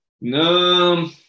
No